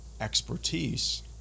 expertise